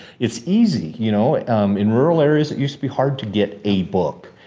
it's easy, you know um in rural areas that used to be hard to get a book,